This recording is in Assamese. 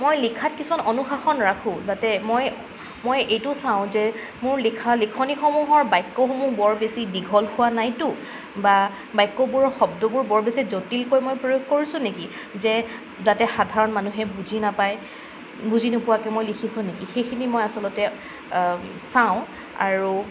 মই লিখাত কিছুমান অনুশাসন ৰাখোঁ যাতে মই মই এইটো চাও যে মোৰ লিখা লিখনিসমূহৰ বাক্যসমূহ বৰ বেছি দীঘল হোৱা নাইতো বা বাক্যবোৰৰ শব্দবোৰ বৰ বেছি জটিলকৈ মই প্ৰয়োগ কৰিছো নেকি যে যাতে সাধাৰণ মানুহে বুজি নাপায় বুজি নোপোৱাকৈ মই লিখিছো নেকি সেইখিনি মই আচলতে চাওঁ আৰু